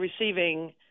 receiving